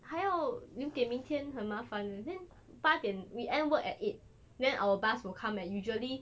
还要留给明天很麻烦 then 八点 we end work at eight then our bus will come at usually